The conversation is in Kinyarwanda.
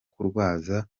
kurwaza